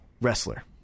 wrestler